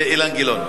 גם אילן גילאון.